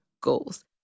goals